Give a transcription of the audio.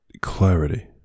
clarity